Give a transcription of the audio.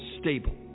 stable